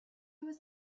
was